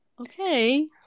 Okay